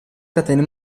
catene